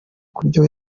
kubyo